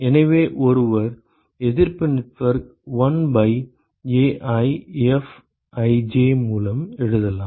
எனவே ஒருவர் எதிர்ப்பு நெட்வொர்க் 1 பை AiFij மூலம் எழுதலாம்